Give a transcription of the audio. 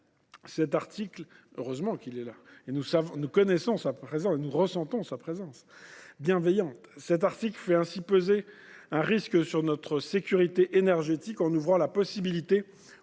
Cet article faisait ainsi peser un risque sur notre sécurité énergétique, en ouvrant la possibilité